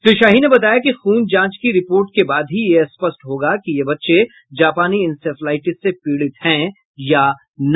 श्री शाही ने बताया कि खून जांच की रिपोर्ट के बाद ही स्पष्ट होगा कि ये बच्चे जापानी इंसेफ्लाईटिस से पीड़ित हैं या नहीं